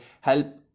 help